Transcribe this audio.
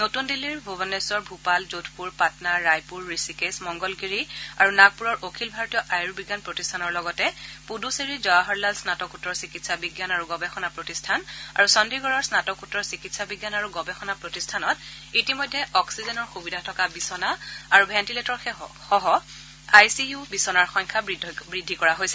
নতুন দিল্লীৰ ভূৱনেশ্বৰ ভূপাল যোধপুৰ পাটনা ৰায়পুৰ হ্যিকেশ মংগলগিৰি আৰু নাগপুৰৰ অখিল ভাৰতীয় আয়ুৰ্বিজ্ঞান প্ৰতিষ্ঠানৰ লগতে পুডুচেৰীৰ জৱাহৰলাল স্নাতকোত্তৰ চিকিৎসা বিজ্ঞান আৰু গৱেষণা প্ৰতিষ্ঠান আৰু চণ্ডিগড়ৰ স্নাতকোত্তৰ চিকিৎসা বিজ্ঞান আৰু গৱেষণা প্ৰতিষ্ঠানত ইতিমধ্যে অক্সিজেনৰ সুবিধা থকা বিচনা আৰু ভেণ্টিলেটৰসহ আই চি ইউ বিচনাৰ সংখ্যা বৃদ্ধি কৰা হৈছে